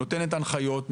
נותנת הנחיות,